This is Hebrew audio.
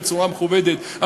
בצורה מכובדת.